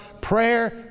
prayer